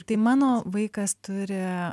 tai mano vaikas turi